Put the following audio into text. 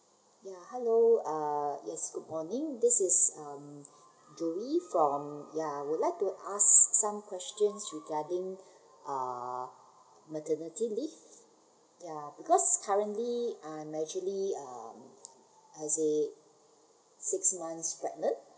ya hello uh yes good morning this is um zoey from ya I would like to ask some questions regarding so uh maternity leave ya because currently uh I'm actually um how to say six months pregnant